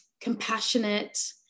compassionate